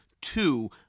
two